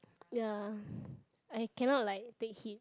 ya I cannot like take heat